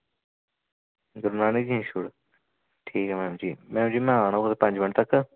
गरु नानक जी इस्ंट्रीट्यूट ठीक ऐ मैडम जी मैडम जी में आन हा आया कोई पंज मिनट तक